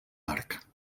arc